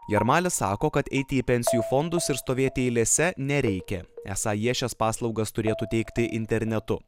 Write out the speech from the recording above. jarmalis sako kad eiti į pensijų fondus ir stovėti eilėse nereikia esą jie šias paslaugas turėtų teikti internetu